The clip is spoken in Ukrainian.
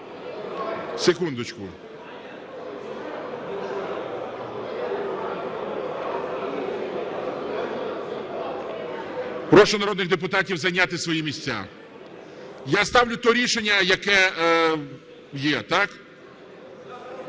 у залі) Прошу народних депутатів зайняти свої місця. Я ставлю те рішення, яке є. Так?